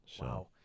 Wow